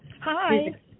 Hi